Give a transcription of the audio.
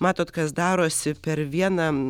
matot kas darosi per vieną